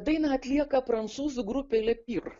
dainą atlieka prancūzų grupė les pires